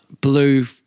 Blue